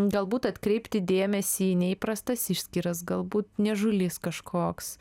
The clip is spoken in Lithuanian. galbūt atkreipti dėmesį į neįprastas išskyras galbūt niežulys kažkoks